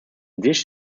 dish